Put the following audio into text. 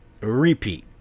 Repeat